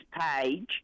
page